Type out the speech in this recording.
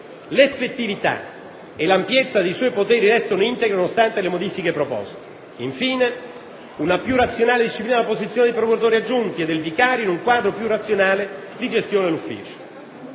l'effettività e l'ampiezza dei suoi poteri restano integre nonostante le modifiche proposte; infine una più razionale disciplina della posizione dei procuratori aggiunti e del vicario, in un quadro più razionale di gestione dell'ufficio.